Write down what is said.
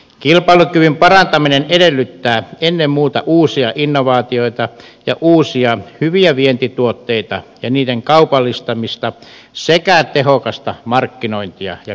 kilpailukyvyn parantaminen edellyttää ennen muuta uusia innovaatioita ja uusia hyviä vientituotteita ja niiden kaupallistamista sekä tehokasta markkinointia ja kaupantekoa